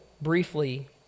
briefly